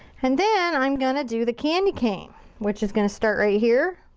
and then i'm gonna do the candy cane which is gonna start right here.